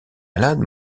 malades